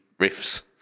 riffs